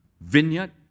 vineyard